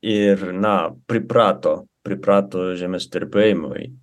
ir na priprato priprato žemės drebėjimui